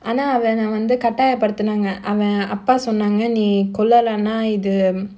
ஆனா அவன வந்து கட்டாய படுத்துனாங்க அவன் அப்பா சொன்னாங்க நீ கொல்லலேனா இது:aanaa avana vandhu kattaaya paduthunaanga avan appa sonnaanga nee kollalaenaa ithu